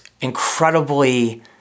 incredibly